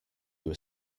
were